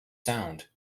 sound